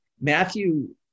Matthew